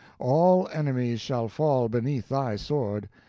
all enemies shall fall beneath thy sword.